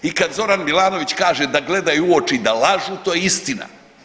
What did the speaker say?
I kad Zoran Milanović kaže da gledaju u oči i da lažu to je istina.